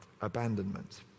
abandonment